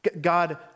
God